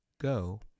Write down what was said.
go